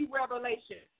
revelation